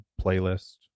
playlist